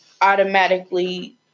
automatically